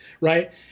right